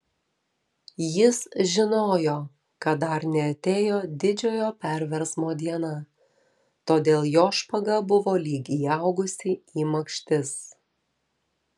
jis žinojo kad dar neatėjo didžiojo perversmo diena todėl jo špaga buvo lyg įaugusi į makštis